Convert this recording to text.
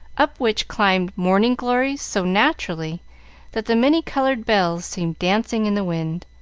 up which climbed morning-glories so naturally that the many-colored bells seemed dancing in the wind.